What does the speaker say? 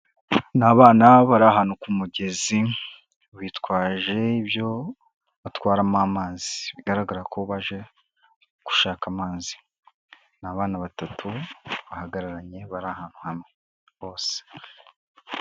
Ni abana bari ahantu ku mugezi bitwaje ibyo batwaramo amazi bigaragara ko baje gushaka amazi ni abana batatu bahagararanye bari ahantu bose.